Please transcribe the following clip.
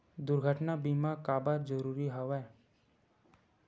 दुर्घटना बीमा काबर जरूरी हवय?